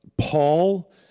Paul